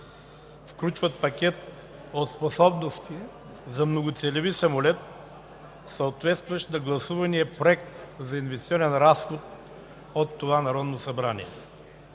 включват пакет от способности за многоцелеви самолет, съответстващ на гласувания Проект за инвестиционен разход от това Народно събрание.